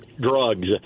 Drugs